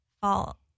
fall